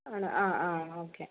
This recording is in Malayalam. ആണ് ആ ആ ഓക്കെ